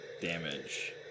damage